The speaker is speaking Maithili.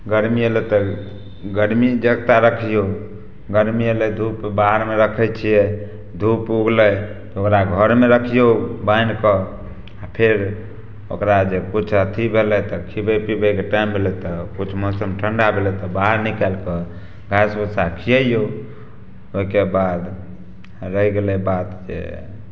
गरमी अएलै तऽ गरमी जगता रखिऔ गरमी अएलै धूप बाहरमे रखै छिए धूप उगलै तऽ ओकरा घरमे रखिऔ बान्हिकऽ फेर ओकरा जे किछु अथी भेलै तऽ खिबै पिबैके टाइम भेलै तऽ किछु मौसम ठण्डा भेलै तऽ बाहर निकालिकऽ घास भुस्सा खिअइऔ ओहिके बाद रहि गेलै बात जे